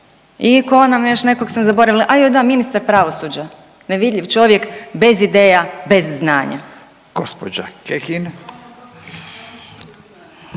I tko nam još nekog sam zaboravila, a joj da, ministar pravosuđa. Nevidljiv čovjek, bez ideja, bez znanja.